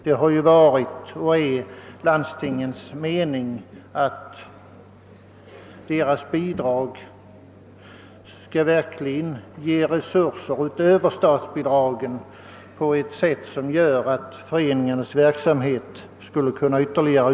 Det har varit landstingens mening att deras bidrag verkligen skulle ge resurser utöver statsbidraget, så att föreningarnas verksamhet kunde byggas ut ytterligare.